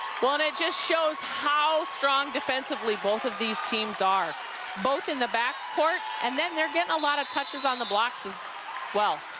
well, and it just shows how strong defensively both of these teams are both in the backcourt, and then they're getting a lot of toucheson the blocks as well.